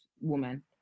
woman